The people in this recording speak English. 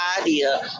idea